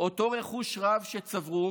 אותו רכוש רב שצברו